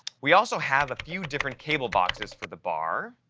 we also have a few different cable boxes for the bar,